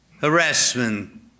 harassment